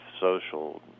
social